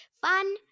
Fun